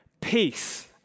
Peace